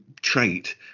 trait